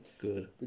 Good